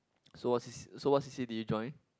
so what C_C so what C_C did you join